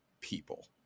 people